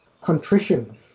contrition